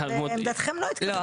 דעתכם לא התקבלה.